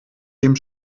dem